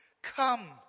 Come